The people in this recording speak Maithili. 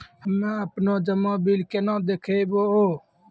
हम्मे आपनौ जमा बिल केना देखबैओ?